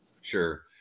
Sure